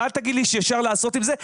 ואל תגיד לי שאפשר לעשות עם זה,